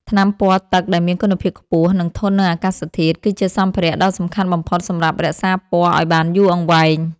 ថ្នាំពណ៌ទឹកដែលមានគុណភាពខ្ពស់ និងធន់នឹងអាកាសធាតុ គឺជាសម្ភារៈដ៏សំខាន់បំផុតសម្រាប់រក្សាពណ៌ឱ្យបានយូរអង្វែង។